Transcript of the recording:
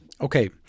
Okay